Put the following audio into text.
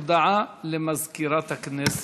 הודעה למזכירת הכנסת.